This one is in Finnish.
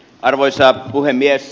arvoisa puhemies